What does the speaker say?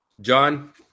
John